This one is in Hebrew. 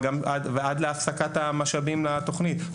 עד כדי הפסקת המשאבים לתכנית.